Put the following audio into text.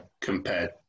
compared